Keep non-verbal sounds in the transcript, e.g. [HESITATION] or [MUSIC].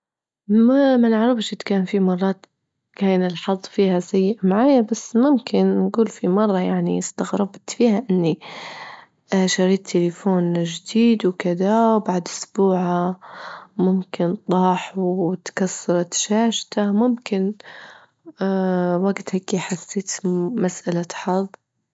ما- ما نعرفش إذا كان فيه مرات كان الحظ فيها سيء معايا، بس ممكن نجول في مرة يعني إستغربت فيها إني [HESITATION] شريت تليفون جديد وكذا، وبعد أسبوع ممكن طاح وإتكسرت شاشته [NOISE] ممكن [HESITATION] وجتها كي حسيت مسألة حظ.